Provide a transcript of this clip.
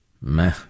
Meh